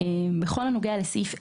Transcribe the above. בכל הנוגע לסעיף 27,